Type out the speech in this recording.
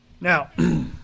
Now